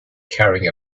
carrying